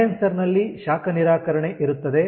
condenser ನಲ್ಲಿ ಶಾಖ ನಿರಾಕರಣೆ ಇರುತ್ತದೆ